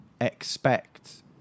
expect